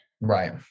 Right